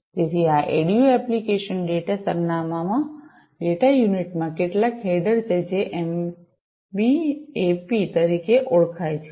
તેથી આ ADU application data સરનામાં માં ડેટા યુનિટમાં કેટલાક હેડર છે જે એમબીએપી તરીકે ઓળખાય છે